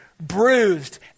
bruised